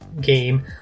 game